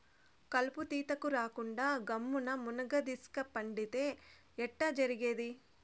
కలుపు తీతకు రాకుండా గమ్మున్న మున్గదీస్క పండితే ఎట్టా జరిగేది